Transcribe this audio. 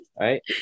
right